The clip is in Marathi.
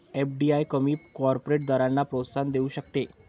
एफ.डी.आय कमी कॉर्पोरेट दरांना प्रोत्साहन देऊ शकते